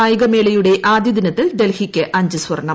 കായികമേളയുടെ ആദ്യദിനത്തിൽ ഡൽഹിക്ക് അഞ്ച് സ്വർണ്ണം